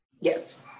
Yes